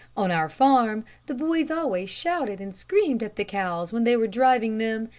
on our farm, the boys always shouted and screamed at the cows when they were driving them,